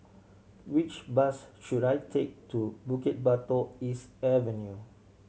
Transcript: which bus should I take to Bukit Batok East Avenue